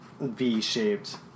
V-shaped